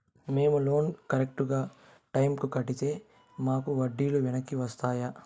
మేము loan correct టైముకి కట్టితే మాకు వడ్డీ లు వెనక్కి వస్తాయా?